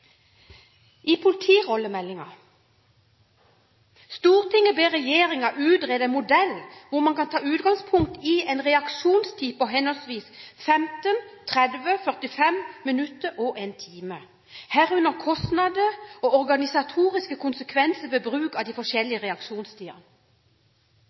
I innstillingen til politirollemeldingen: «Stortinget ber Regjeringen utrede en modell hvor man tar utgangspunkt i en reaksjonstid på henholdsvis 15, 30, 45 minutter og en time. Herunder kostnader og organisatoriske konsekvenser ved bruk av de